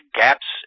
gaps